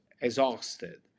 exhausted